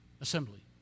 assembly